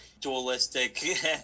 dualistic